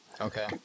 okay